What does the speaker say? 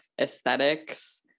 aesthetics